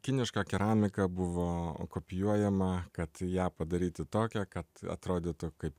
kiniška keramika buvo kopijuojama kad ją padaryti tokią kad atrodytų kaip